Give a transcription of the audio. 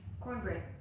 Cornbread